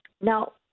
Now